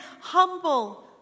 humble